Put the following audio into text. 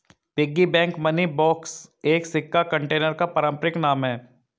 piggy bank money box एक सिक्का container का पारंपरिक नाम है